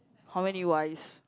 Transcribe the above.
how many wives